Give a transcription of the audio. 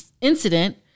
incident